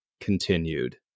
continued